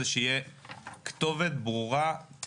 הוא שתהיה כתובת ברורה,